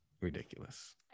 ridiculous